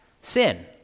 sin